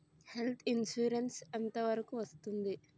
Health insurance ఎంత వరకు వస్తుంది?